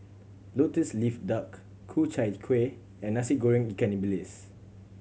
Lotus Leaf Duck Ku Chai Kuih and Nasi Goreng ikan bilis